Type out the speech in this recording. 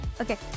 Okay